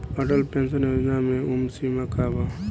Atal pension योजना मे उम्र सीमा का बा?